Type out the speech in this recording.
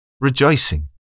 rejoicing